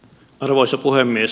arvoisa puhemies